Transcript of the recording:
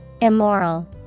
Immoral